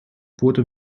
wurde